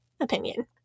opinion